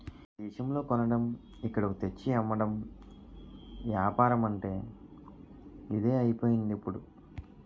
ఆ దేశంలో కొనడం ఇక్కడకు తెచ్చి అమ్మడం ఏపారమంటే ఇదే అయిపోయిందిప్పుడు